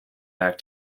back